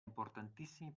importantissimi